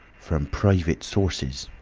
from private sources.